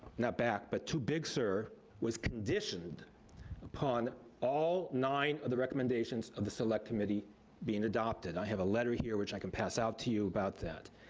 not back, but to big sur, was conditioned upon all nine of the recommendations of the select committee being adopted. i have a letter here, which i can pass out to you about that.